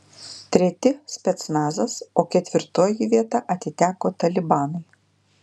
treti specnazas o ketvirtoji vieta atiteko talibanui